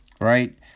right